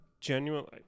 genuinely